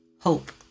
hope